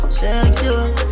sexual